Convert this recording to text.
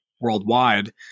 worldwide